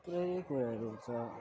थुप्रै कुराहरू हुन्छ